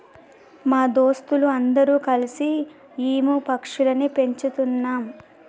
మా దోస్తులు అందరు కల్సి ఈము పక్షులని పెంచుతున్నాం